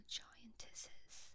giantesses